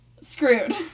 screwed